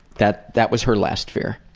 that that was her last fear.